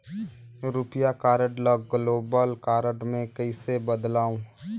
रुपिया कारड ल global card मे कइसे बदलव?